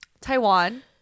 Taiwan